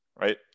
right